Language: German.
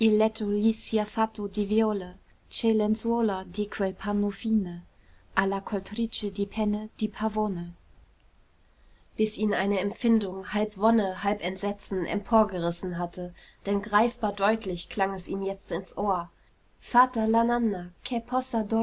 penne di pavone bis ihn eine empfindung halb wonne halb entsetzen emporgerissen hatte denn greifbar deutlich klang es ihm jetzt ins ohr